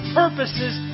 purposes